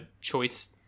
choice